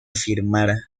firmar